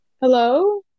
Hello